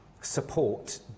support